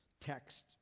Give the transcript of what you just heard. text